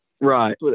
Right